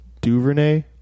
Duvernay